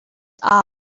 are